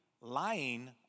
Lying